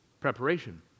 preparation